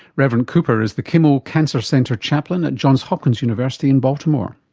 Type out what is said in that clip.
reverend cooper is the kimmel cancer center chaplain at johns hopkins university in baltimore.